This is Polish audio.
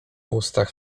ustach